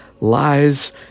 lies